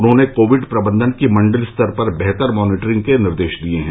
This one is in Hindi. उन्होंने कोविड प्रबन्धन की मण्डल स्तर पर बेहतर मॉनिटरिंग के निर्देश दिए हैं